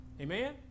Amen